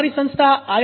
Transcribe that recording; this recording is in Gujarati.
અમારી સંસ્થા આઈ